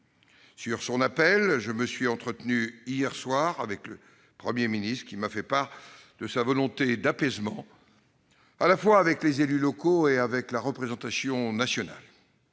Sur son appel, je me suis entretenu hier soir avec le Premier ministre, qui m'a fait part de sa volonté d'apaisement, avec les élus locaux comme avec la représentation nationale.